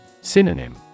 Synonym